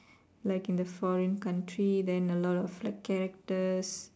like in the foreign country then a lot of like characters